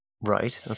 right